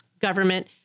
government